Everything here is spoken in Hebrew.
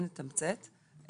אני אתמצת,